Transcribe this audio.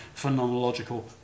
phenomenological